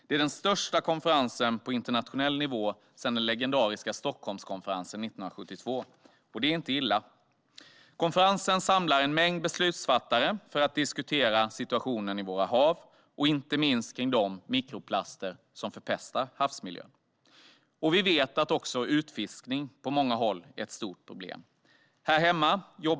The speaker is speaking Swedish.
Det är den största konferensen på internationell nivå sedan den legendariska Stockholmskonferensen 1972, och det är inte illa. Konferensen samlar en mängd beslutsfattare för att diskutera situationen i våra hav och inte minst de mikroplaster som förpestar havsmiljön. Men vi vet också att utfiskning är ett stort problem på många håll.